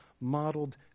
modeled